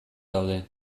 daude